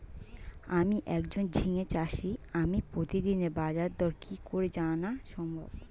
আমি একজন ঝিঙে চাষী আমি প্রতিদিনের বাজারদর কি করে জানা সম্ভব?